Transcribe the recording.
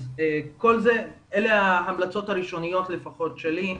אז אלה ההמלצות הראשוניות לפחות שלי.